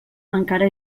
encara